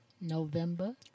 November